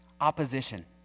Opposition